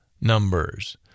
numbers